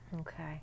Okay